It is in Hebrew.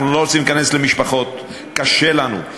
אנחנו לא רוצים להיכנס למשפחות, קשה לנו.